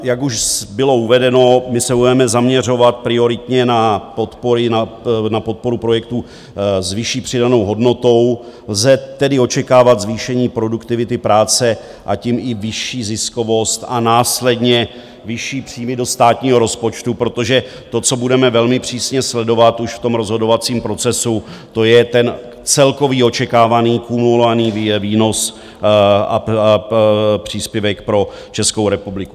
Jak už bylo uvedeno, my se budeme zaměřovat prioritně na podporu projektů s vyšší přidanou hodnotou, lze tedy očekávat zvýšení produktivity práce, tím i vyšší ziskovost a následně vyšší příjmy do státního rozpočtu, protože to, co budeme velmi přísně sledovat už v tom rozhodovacím procesu, je ten celkový očekávaný kumulovaný výnos a příspěvek pro Českou republiku.